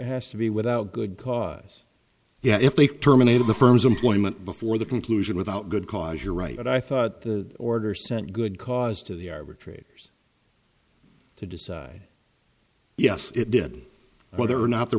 has to be without good cause you know if they terminated the firm's employment before the conclusion without good cause you're right i thought the order sent good cause to the arbitrator's to decide yes it did whether or not there